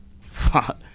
fuck